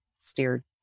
steered